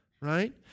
right